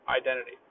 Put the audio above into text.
identity